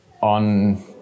on